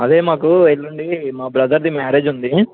అదే మాకు ఎల్లుండి మా బ్రదర్ మేరేజ్ ఉంది